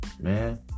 Man